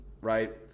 right